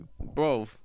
bro